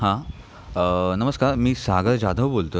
हा नमस्कार मी सागर जाधव बोलतो आहे